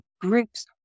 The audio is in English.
groups